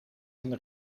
een